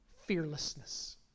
fearlessness